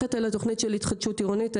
מברכת על התוכנית של התחדשות עירונית.